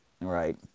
right